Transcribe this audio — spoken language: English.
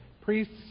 priests